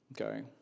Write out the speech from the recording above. Okay